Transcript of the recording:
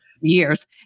years